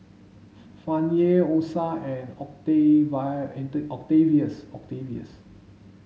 Fannye Osa and Octavius Octavius